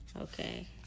Okay